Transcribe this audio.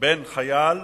בן חייל,